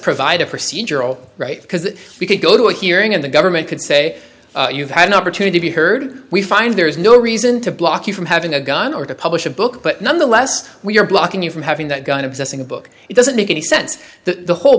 provide a procedural right because we could go to a hearing and the government could say you've had an opportunity be heard we find there is no reason to block you from having a gun or to publish a book but nonetheless we are blocking you from having that obsessing a book it doesn't make any sense that the whole